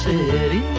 City